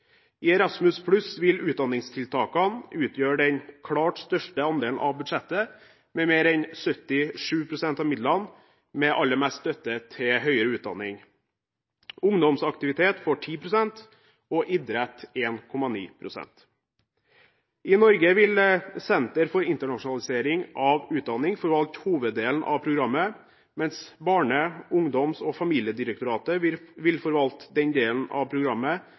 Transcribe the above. I Erasmus+ vil utdanningstiltakene utgjøre den klart største andelen av budsjettet, med mer enn 77 pst. av midlene – med aller mest støtte til høyere utdanning. Ungdomsaktivitetene får 10 pst. og idrett 1,8 pst. I Norge vil Senter for internasjonalisering av utdanning forvalte hoveddelen av programmet, mens Barne-, ungdoms- og familiedirektoratet vil forvalte den delen av programmet